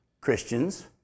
Christians